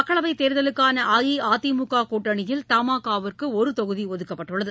மக்களவை தேர்தலுக்கான அஇஅதிமுக கூட்டணியில் தமாகாவுக்கு ஒரு தொகுதி ஒதுக்கப்பட்டுள்ளது